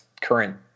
current